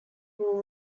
who